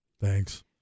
thanks